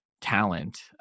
talent